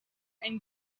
and